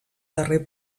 darrer